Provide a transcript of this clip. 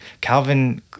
Calvin